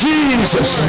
Jesus